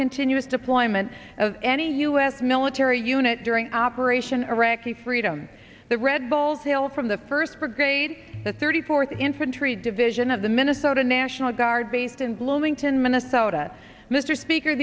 continuous deployment of any u s military unit during operation iraqi freedom the red balls hail from the first brigade the thirty fourth infantry division of the minnesota national guard based in bloomington minnesota mr speaker